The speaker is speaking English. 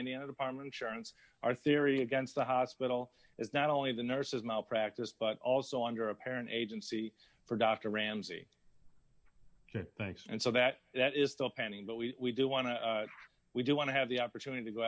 indiana department surance our theory against the hospital is not only the nurse's malpractise but also under apparent agency for dr ramsey thanks and so that that is still pending but we do want to we do want to have the opportunity to go